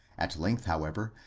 at length, however,